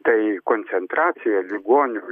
tai koncentracija ligonių